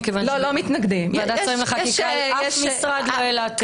מכיוון שבוועדת שרים לחקיקה אף משרד לא העלה תהיות.